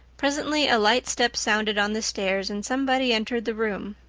presently a light step sounded on the stairs and somebody entered the room.